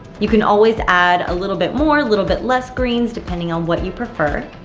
you can always add a little bit more, a little bit less greens, depending on what you prefer.